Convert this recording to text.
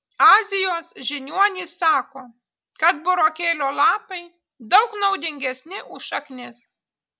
azijos žiniuonys sako kad burokėlio lapai daug naudingesni už šaknis